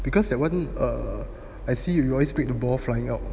because that wasn't err I see you you always pick the ball flying out